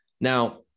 Now